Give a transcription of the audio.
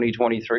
2023